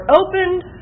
opened